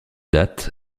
date